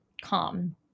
calm